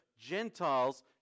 Gentiles